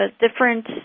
different